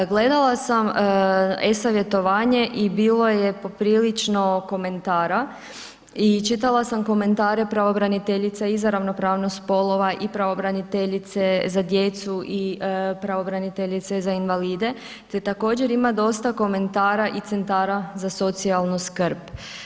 Gledala sam e-savjetovanje i bilo je poprilično komentara i čitala sam komentare pravobranitelja i za ravnopravnost spolova i pravobraniteljice za djecu i pravobraniteljice za invalide te također ima dosta komentara i centara za socijalnu skrb.